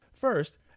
First